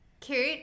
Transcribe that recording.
cute